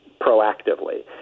proactively